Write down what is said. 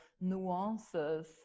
nuances